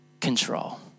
control